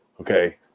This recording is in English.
okay